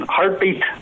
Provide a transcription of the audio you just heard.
Heartbeat